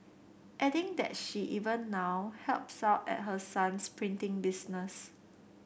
adding that she even now helps out at her son's printing business